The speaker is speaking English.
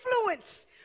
influence